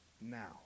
now